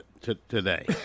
today